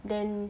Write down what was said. then